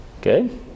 Good